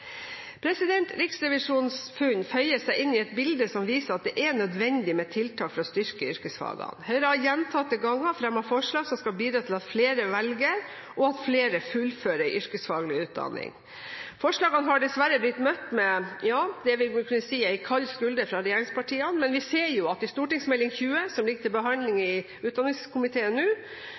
et bilde som viser at det er nødvendig med tiltak for å styrke yrkesfagene. Høyre har gjentatte ganger fremmet forslag som skal bidra til at flere velger og flere fullfører en yrkesfaglig utdanning. Forslagene har dessverre blitt møtt med det man vil kunne si er en kald skulder fra regjeringspartiene. Men vi ser at i Meld. St. 20, som ligger til behandling i utdanningskomiteen nå,